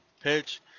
pitch